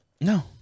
No